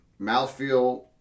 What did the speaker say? Mouthfeel